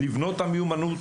לבנות את המיומנות,